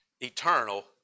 eternal